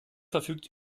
verfügt